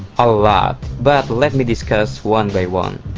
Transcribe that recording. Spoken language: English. a lot, but let me discuss one by one.